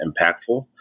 impactful